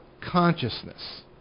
consciousness